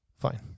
Fine